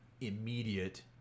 immediate